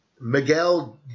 Miguel